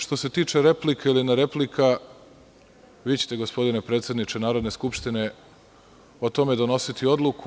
Što se tiče replika ili ne replika, vi ćete, gospodine predsedniče Narodne skupštine, o tome donositi odluku.